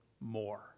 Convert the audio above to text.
more